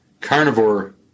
carnivore